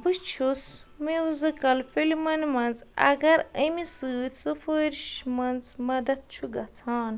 بہٕ چھُس میوٗزِکل فِلمَن منٛز اگر اَمہِ سۭتۍ سُفٲرِش منٛز مدتھ چھُ گژھان